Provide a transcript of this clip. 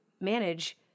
manage